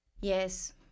Yes